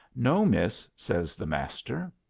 no, miss, says the master.